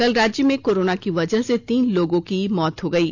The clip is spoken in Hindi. कल राज्य में कोरोना की वजह से तीन लोगों की मौत हो गयी